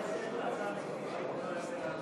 הצעה נגדית.